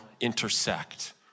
intersect